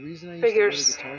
Figures